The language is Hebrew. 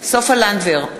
סופה לנדבר,